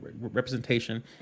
representation